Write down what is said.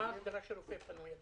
מה ההגדרה של רופא פנוי?